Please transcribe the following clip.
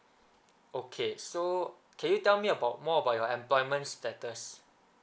okay so can you tell me about more about your employment status